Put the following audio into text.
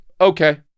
okay